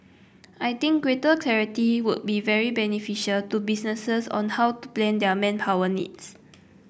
I think greater clarity would be very beneficial to businesses on how to plan their manpower needs